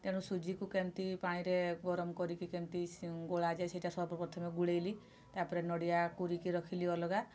ତେଣୁ ସୁଜିକୁ କେମିତି ପାଣିରେ ଗରମ କରିକି କେମିତି ଗୋଳାଯାଏ ସେଇଟା ସର୍ବ ପ୍ରଥମେ ଗୋଳେଇଲି ତାପରେ ନଡ଼ିଆ କୋରିକି ରଖିଲି ଅଲଗା